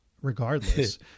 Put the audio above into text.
regardless